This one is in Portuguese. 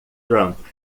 trump